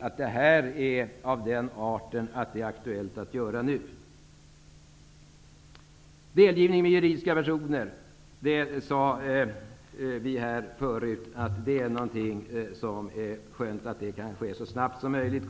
att det här är av den art att det är aktuellt att vidta åtgärder. Vi sade här tidigare att det är bra att delgivning med juridiska personer kan ske så snabbt som möjligt.